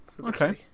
Okay